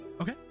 okay